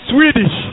Swedish